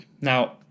Now